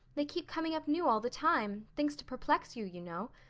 they keep coming up new all the time things to perplex you, you know.